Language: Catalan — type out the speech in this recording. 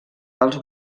pels